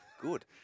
Good